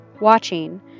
watching